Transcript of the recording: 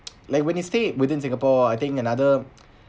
like when you stay within singapore I think another